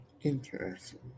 Interesting